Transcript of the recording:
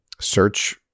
search